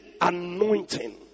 anointing